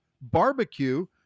Barbecue